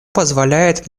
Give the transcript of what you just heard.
позволяет